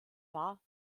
war